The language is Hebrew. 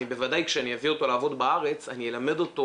בוודאי כשאני אביא אותו לעבוד בארץ אני אלמד אותו